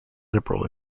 liberal